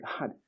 God